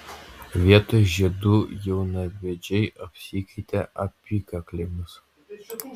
vietoj žiedų jaunavedžiai apsikeitė apykaklėmis